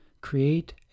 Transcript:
Create